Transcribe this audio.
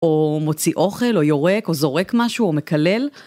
או מוציא אוכל, או יורק, או זורק משהו, או מקלל.